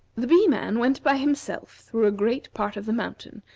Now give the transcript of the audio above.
the bee-man went by himself through a great part of the mountain,